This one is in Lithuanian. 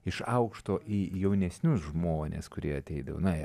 iš aukšto į jaunesnius žmones kurie ateidavo